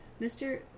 Mr